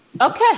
Okay